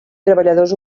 treballadors